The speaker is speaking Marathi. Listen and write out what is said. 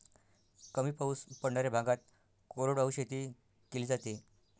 कमी पाऊस पडणाऱ्या भागात कोरडवाहू शेती केली जाते